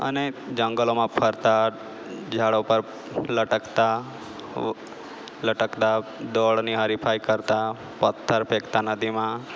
અને જંગલોમાં ફરતા ઝાડો પર લટકતા લટકતા દોડની હરીફાઈ કરતા પથ્થર ફેકતા નદીમાં